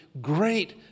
great